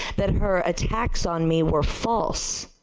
that her attacks on me were false.